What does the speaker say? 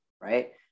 Right